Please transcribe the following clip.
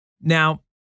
Now